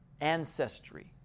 ancestry